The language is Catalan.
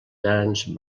grans